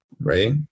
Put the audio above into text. right